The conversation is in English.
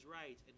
right